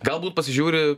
galbūt pasižiūri